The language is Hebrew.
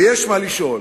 ויש מה לשאול.